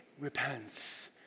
repents